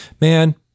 man